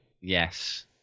Yes